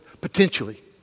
Potentially